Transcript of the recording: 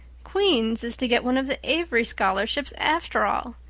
queen's is to get one of the avery scholarships after all.